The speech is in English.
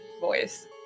voice